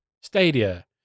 stadia